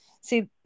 See